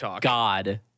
God